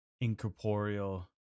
incorporeal